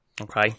Okay